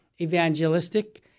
evangelistic